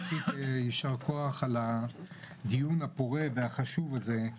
יישר כוח על הדיון הפורה והחשוב הזה,